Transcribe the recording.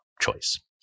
choice